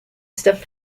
stuff